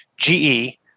GE